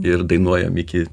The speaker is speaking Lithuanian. ir dainuojam iki